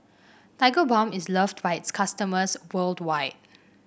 Tigerbalm is loved by its customers worldwide